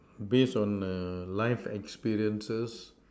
based on err life experiences